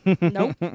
Nope